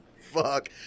Fuck